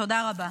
תודה רבה.